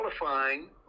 qualifying